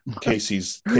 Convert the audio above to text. Casey's